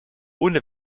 ohne